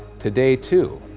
today too,